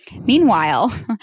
Meanwhile